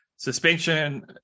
suspension